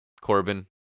Corbin